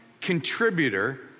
contributor